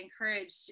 encourage